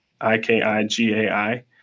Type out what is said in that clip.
I-K-I-G-A-I